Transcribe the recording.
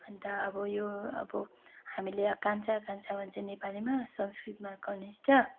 अन्त अब यो अब हामीले कान्छा कान्छा भन्छौँ नेपालीमा संस्कृतमा कनिष्ठ